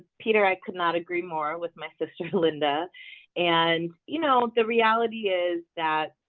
peter, i could not agree more with my sister linda and you know the reality is that